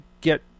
get